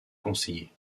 conseillers